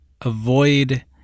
avoid